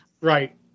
right